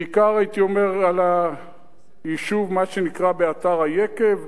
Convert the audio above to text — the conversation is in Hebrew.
בעיקר הייתי אומר על היישוב, מה שנקרא באתר היקב.